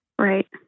Right